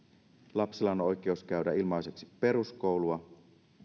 lapsella on oikeus käydä ilmaiseksi peruskoulua